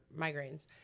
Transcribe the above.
migraines